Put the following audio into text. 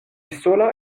sola